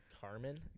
Carmen